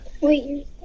Wait